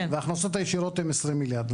ההכנסות הישירות הן 20 מיליארד.